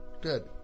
Good